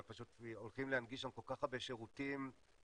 אבל הולכים להנגיש שם כל כך הרבה שירותים בכלל